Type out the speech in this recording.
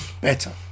better